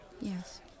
Yes